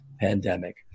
pandemic